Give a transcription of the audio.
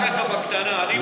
למדתי ממך, ככה, בקטנה,